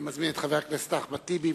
אני מזמין את חבר הכנסת אחמד טיבי,